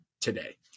today